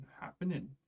happening